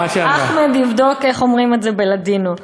אחמד יבדוק איך אומרים את זה בלדינו.